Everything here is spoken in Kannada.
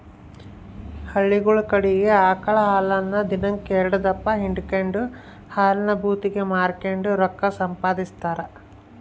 ಹಳ್ಳಿಗುಳ ಕಡಿಗೆ ಆಕಳ ಹಾಲನ್ನ ದಿನಕ್ ಎಲ್ಡುದಪ್ಪ ಹಿಂಡಿಕೆಂಡು ಹಾಲಿನ ಭೂತಿಗೆ ಮಾರಿಕೆಂಡು ರೊಕ್ಕ ಸಂಪಾದಿಸ್ತಾರ